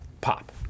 pop